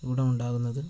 ഗുണമുണ്ടാകുന്നത്